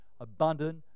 abundant